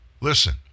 Listen